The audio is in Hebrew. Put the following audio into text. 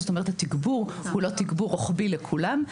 זאת אומרת התגבור הוא לא תגבור רוחבי לכולם,